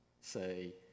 say